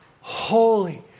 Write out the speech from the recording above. holy